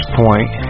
point